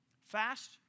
fast